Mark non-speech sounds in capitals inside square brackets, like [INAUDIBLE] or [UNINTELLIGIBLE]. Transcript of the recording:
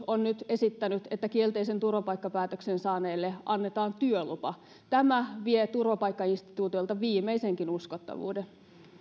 [UNINTELLIGIBLE] on nyt esittänyt että kielteisen turvapaikkapäätöksen saaneille annetaan työlupa tämä vie turvapaikkainstituutiolta viimeisenkin uskottavuuden